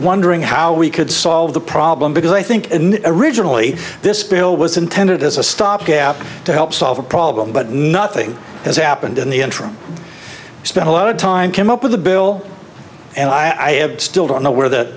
wondering how we could solve the problem because i think originally this spill was intended as a stopgap to help solve a problem but nothing has happened in the interim i spent a lot of time came up with a bill and i have still don't know where th